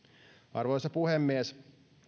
arvoisa puhemies